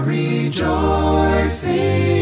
rejoicing